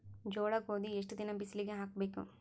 ಜೋಳ ಗೋಧಿ ಎಷ್ಟ ದಿನ ಬಿಸಿಲಿಗೆ ಹಾಕ್ಬೇಕು?